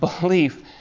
belief